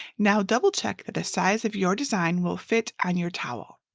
now double-check that the size of your design will fit on your towel.